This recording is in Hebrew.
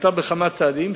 נקטה כמה צעדים,